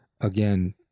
again